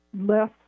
less